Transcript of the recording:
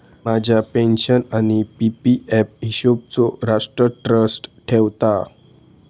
माझ्या पेन्शन आणि PPF हिशोबचो राष्ट्र ट्रस्ट ठेवता